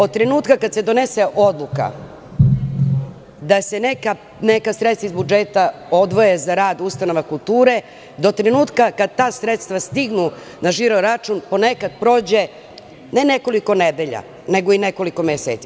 Od trenutka kada se donese odluka da se neka sredstva iz budžeta odvoje za rad ustanova kulture do trenutka kada ta sredstva stignu na žiro račun ponekad prođe, ne nekoliko nedelja, nego i nekoliko meseci.